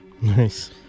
Nice